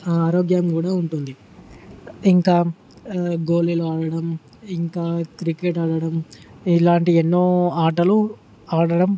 ఆరోగ్యం కూడా ఉంటుంది ఇంకా గోలీలు ఆడడం ఇంకా క్రికెట్ ఆడడం ఇలాంటి ఎన్నో ఆటలు ఆడటం